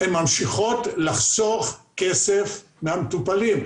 הן ממשיכות לחסוך כסף מהמטופלים.